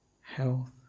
health